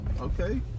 Okay